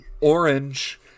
Orange